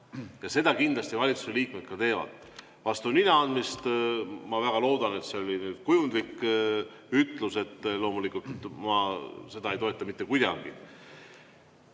ja seda kindlasti valitsuse liikmed ka teevad. Vastu nina andmist – ma väga loodan, et see oli kujundlik ütlus – ma loomulikult ei toeta mitte kuidagi.